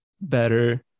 better